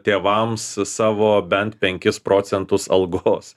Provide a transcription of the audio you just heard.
tėvams savo bent penkis procentus algos